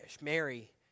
Mary